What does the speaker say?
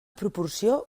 proporció